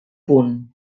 punt